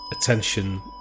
attention